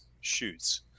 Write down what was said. shoots